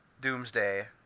Doomsday